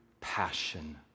passion